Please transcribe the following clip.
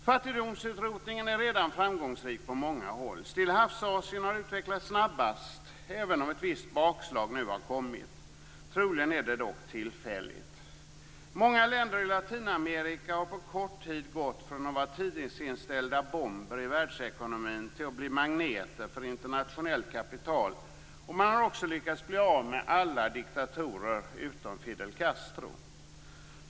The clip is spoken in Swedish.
Fattigdomsutrotningen är redan framgångsrik på många håll. Stillahavsasien har utvecklats snabbast - även om ett visst bakslag nu har kommit. Troligen är det dock tillfälligt. Många länder i Latinamerika har på kort tid gått från att vara tidsinställda bomber i världsekonomin till att bli magneter för internationellt kapital, och man har också lyckats att bli av med alla diktatorer utom Fidel Castro.